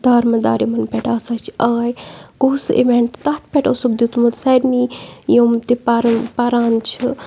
دارمدار یِمَن پٮ۪ٹھ آسان چھِ آے کُس اِوٮ۪نٛٹ تَتھ پٮ۪ٹھ اوسُکھ دیُتمُت سارنٕے یِم تہِ پَرُن پَران چھِ